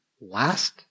last